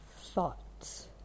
thoughts